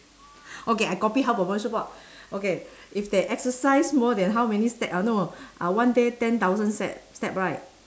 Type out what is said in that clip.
okay I copy health promotion board okay if they exercise more than how many step uh no uh one day ten thousand set step right